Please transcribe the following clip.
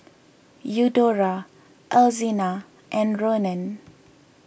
Eudora Alzina and Ronan